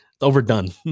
overdone